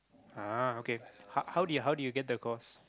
ah okay how do you how do you get the course